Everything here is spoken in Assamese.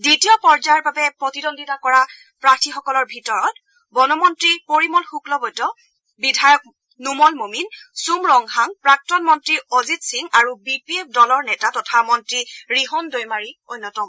দ্বিতীয় পৰ্যায়ৰ বাবে প্ৰতিদ্বন্দ্বিতা কৰা প্ৰাৰ্থীসকলৰ ভিতৰত বন মন্নী পৰিমল শুক্লবৈদ্য বিধায়ক নোমল মমিন চুম ৰংহাং প্ৰাক্তন মন্তী অজিত সিং আৰু বি পি এফ দলৰ নেতা তথা মন্তী ৰিহণ দৈমাৰী অন্যতম